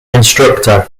instructor